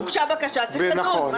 הוגשה בקשה צריך לדון.